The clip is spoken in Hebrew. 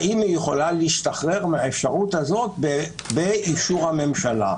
האם היא יכולה להשתחרר מהאפשרות הזאת באישור הממשלה?